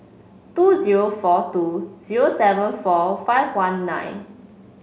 two zero four two zero seven four five one nine